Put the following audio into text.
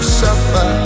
suffer